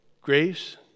grace